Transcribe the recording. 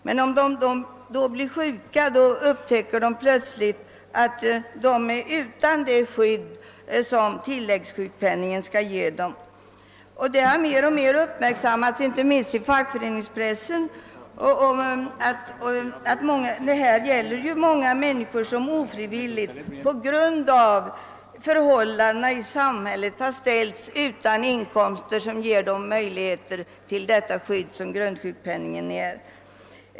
Men om de blir sjuka, upptäcker de plötsligt att de står utan det skydd som tilläggssjukpenningen skall ge dem. Det har mer och mer uppmärksammats inte minst i fackföreningspressen att detta gäller många människor som ofrivilligt på grund av förhållandena i samhället har ställts utan de inkomster som ger dem det skydd som tilläggssjukpenningen skall ge.